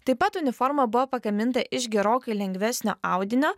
taip pat uniforma buvo pagaminta iš gerokai lengvesnio audinio